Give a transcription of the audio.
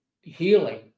healing